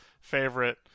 favorite